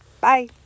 Bye